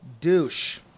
Douche